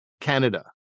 Canada